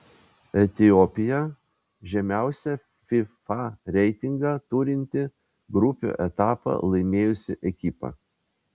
etiopija žemiausią fifa reitingą turinti grupių etapą laimėjusi ekipa